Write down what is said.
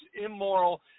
immoral